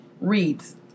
reads